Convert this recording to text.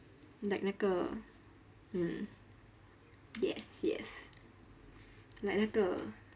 like 那个 um yes yes like 那个